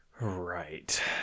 Right